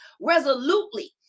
resolutely